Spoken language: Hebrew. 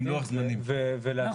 ולהביא לכאן.